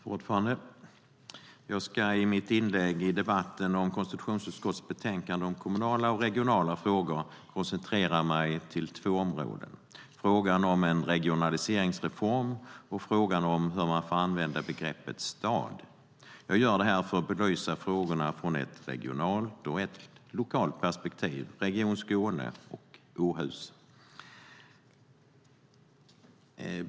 Fru talman! Jag ska i mitt inlägg i debatten om konstitutionsutskottets betänkande om kommunala och regionala frågor koncentrera mig på två områden: frågan om en regionaliseringsreform och frågan om hur man får använda begreppet "stad". Jag gör det här för att belysa frågorna från ett regionalt och ett lokalt perspektiv, Region Skåne respektive Åhus.